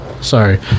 Sorry